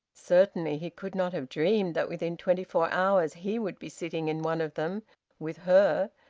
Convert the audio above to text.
certainly he could not have dreamed that within twenty-four hours he would be sitting in one of them with her,